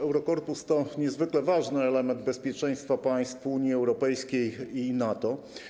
Eurokorpus to niezwykle ważny element bezpieczeństwa państw Unii Europejskiej i NATO.